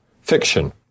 fiction